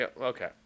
Okay